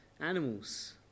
animals